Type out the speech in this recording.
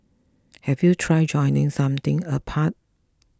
have you tried joining something apart